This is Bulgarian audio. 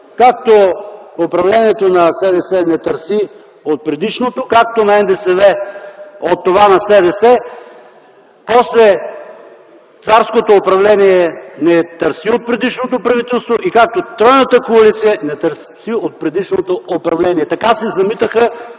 както управлението на СДС не търси от предишното, както на НДСВ – от това на СДС, после царското управление не търси от предишното правителство и както тройната коалиция не търси от предишното управление. Така се замитаха